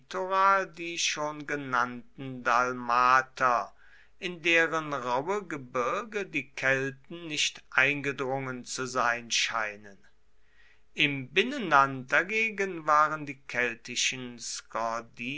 die schon genannten dalmater in deren rauhe gebirge die kelten nicht eingedrungen zu sein scheinen im binnenland dagegen waren die keltischen